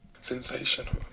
Sensational